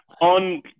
on